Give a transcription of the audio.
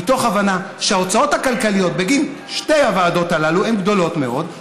מתוך הבנה שההוצאות הכלכליות בגין שתי הוועדות הללו הן גדולות מאוד.